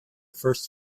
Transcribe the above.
first